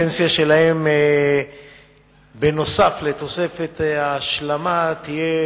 הפנסיה שלהם בנוסף לתוספת ההשלמה תהיה